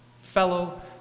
fellow